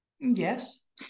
Yes